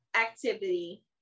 Activity